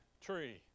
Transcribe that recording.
tree